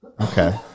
Okay